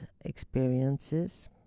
experiences